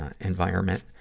environment